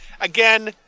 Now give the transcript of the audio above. Again